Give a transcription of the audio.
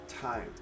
time